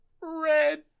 red